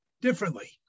differently